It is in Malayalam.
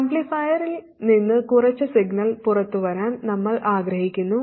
ആംപ്ലിഫയറിൽ നിന്ന് കുറച്ച് സിഗ്നൽ പുറത്തുവരാൻ നമ്മൾ ആഗ്രഹിക്കുന്നു